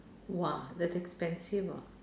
!wah! that's expensive ah